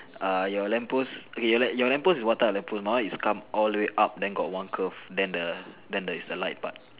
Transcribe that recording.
err your lamppost okay your your lamppost is what kind of lamppost my one is come all the way up and then got one curve then the then the is the light part